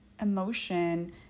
emotion